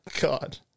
God